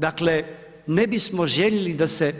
Dakle, ne bismo željeli da se